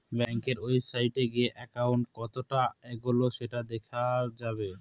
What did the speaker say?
ব্যাঙ্কের ওয়েবসাইটে গিয়ে একাউন্ট কতটা এগোলো সেটা দেখা যাবে